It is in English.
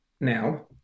now